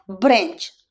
branch